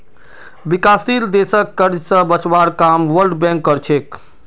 विकासशील देशक कर्ज स बचवार काम वर्ल्ड बैंक कर छेक